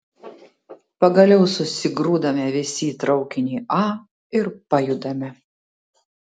pagaliau susigrūdame visi į traukinį a ir pajudame